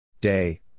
Day